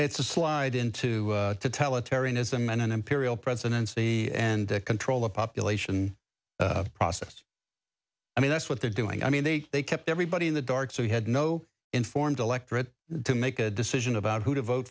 it's a slide into to tell a tarion is a man an imperial presidency and control the population process i mean that's what they're doing i mean they they kept everybody in the dark so you had no informed electorate to make a decision about who to vote